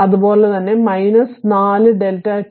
അതുപോലെ തന്നെ 4 Δ t 2